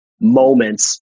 moments